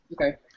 Okay